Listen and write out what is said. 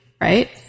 Right